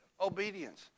obedience